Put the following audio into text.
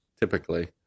typically